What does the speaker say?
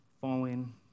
falling